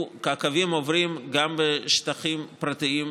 הקווים עוברים גם בשטחים פרטיים,